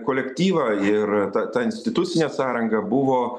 kolektyvą ir tą tą institucinę sąrangą buvo